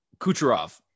Kucherov